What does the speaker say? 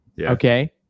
okay